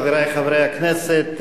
חברי חברי הכנסת,